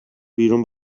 بیرون